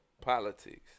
politics